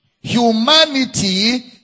Humanity